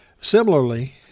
Similarly